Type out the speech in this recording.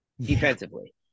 defensively